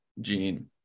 gene